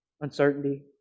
Uncertainty